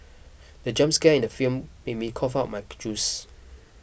the jump scare in the film made me cough out my juice